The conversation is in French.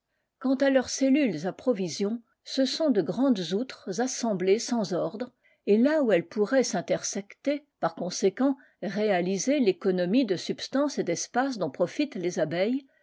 quant à leurs cellules à promus ce sont de grandes outres assemblées sans ordre et là où elles pourraient s'intersecter par conséquent réaliser l'économie de substance et d'espace dont profitent les abeilles